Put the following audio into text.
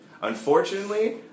Unfortunately